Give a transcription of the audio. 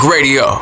Radio